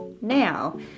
now